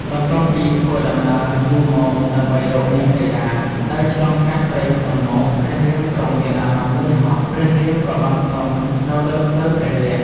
បន្ទាប់ពីធ្វើដំណើរយូរមកដើម្បីរកនាងសីតា ដើរឆ្លងកាត់ព្រៃភ្នំមក ព្រះរាមទ្រង់មានអារម្មណ៍នឿយហត់ ព្រះរាមក៏បានផ្ទំនៅលើភ្លៅព្រះលក្សណ៍។